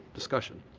discussion?